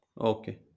Okay